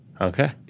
Okay